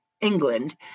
England